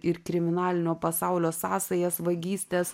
ir kriminalinio pasaulio sąsajas vagystes